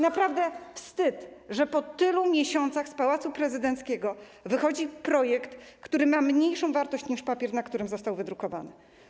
Naprawdę wstyd, że po tylu miesiącach z Pałacu Prezydenckiego wychodzi projekt, który ma mniejszą wartość niż papier, na którym został wydrukowany.